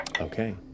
Okay